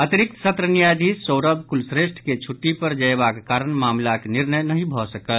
अतिरिक्त सत्र न्यायाधीश सौरव कुलश्रेष्ठ के छुट्टी पर जयबाक कारण मामिलाक निर्णय नहि भऽ सकल